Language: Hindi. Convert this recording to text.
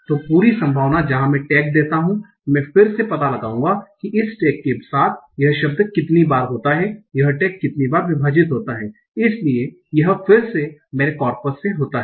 तो पूरी संभावना जहां मैं टैग देता हूं मैं फिर से पता लगाऊंगा कि इस टैग के साथ यह शब्द कितनी बार होता है यह टैग कितनी बार विभाजित होता है इसलिए यह फिर से मेरे कॉर्पस से होता है